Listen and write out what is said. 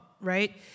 right